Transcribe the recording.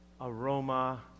aroma